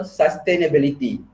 sustainability